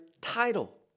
title